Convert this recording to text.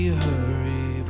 hurry